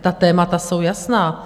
Ta témata jsou jasná.